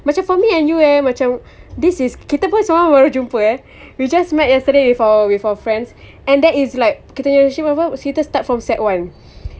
macam for me and you eh macam this is kita pun semalam baru jumpa eh we just met yesterday with our with our friends and that is like kita punya relationship first first kita start from sec one